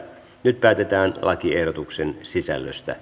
nyt päätetään lakiehdotuksen sisällöstä